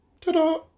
Ta-da